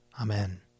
Amen